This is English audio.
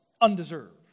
undeserved